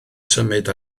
symud